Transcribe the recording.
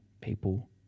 people